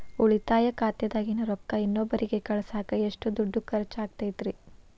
ಉಳಿತಾಯ ಖಾತೆದಾಗಿನ ರೊಕ್ಕ ಇನ್ನೊಬ್ಬರಿಗ ಕಳಸಾಕ್ ಎಷ್ಟ ದುಡ್ಡು ಖರ್ಚ ಆಗ್ತೈತ್ರಿ?